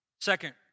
Second